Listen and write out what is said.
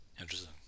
Interesting